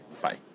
bye